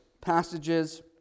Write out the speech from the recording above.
passages